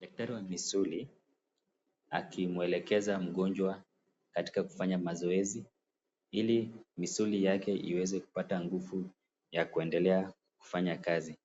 Daktari wa misuli akimwelekeza mgonjwa katika kufanya mazoezi ili misuli yake iweze kupata nguvu ya kuendelea kufanya kazi.